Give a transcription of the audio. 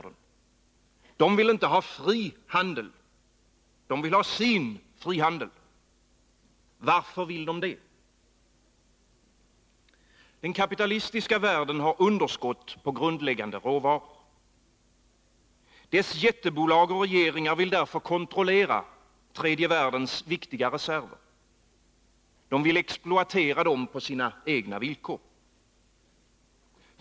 De vill inte ha fri handel, de vill ha sin frihandel. Varför vill de det? Den kapitalistiska världen har underskott på grundläggande råvaror. Dess jättebolag och regeringar vill därför kontrollera tredje världens viktiga reserver. De vill exploatera dem på sina egna villkor.